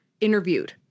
interviewed